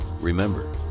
Remember